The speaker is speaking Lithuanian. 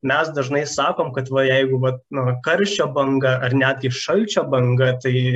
mes dažnai sakom kad va jeigu vat nu karščio banga ar netgi šalčio banga tai